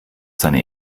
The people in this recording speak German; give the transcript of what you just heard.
seine